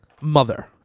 mother